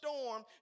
storm